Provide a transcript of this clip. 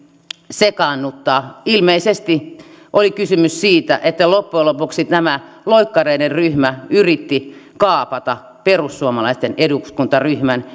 sekaannuttaa ilmeisesti oli kysymys siitä että loppujen lopuksi tämä loikkareiden ryhmä yritti kaapata perussuomalaisten eduskuntaryhmän